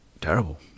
Terrible